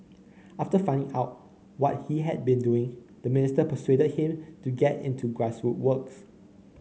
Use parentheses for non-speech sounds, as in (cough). (noise) after finding out what he had been doing the minister persuaded him to get into grassroots work